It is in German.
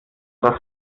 das